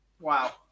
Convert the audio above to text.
Wow